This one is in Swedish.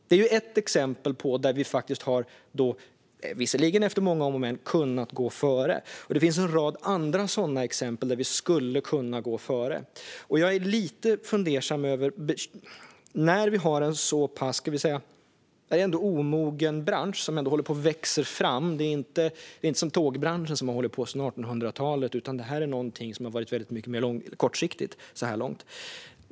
Detta var ett exempel på där vi faktiskt, visserligen efter många om och men, har kunnat gå före. Det finns en rad andra sådana exempel där vi skulle kunna gå före. Jag är lite fundersam. Vi har en bransch som är omogen och som håller på att växa fram. Det är inte tågbranschen, som har hållit på sedan 1800-talet, utan detta har varit mycket mer kortsiktigt så här långt.